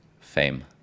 fame